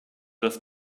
das